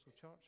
Church